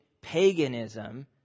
paganism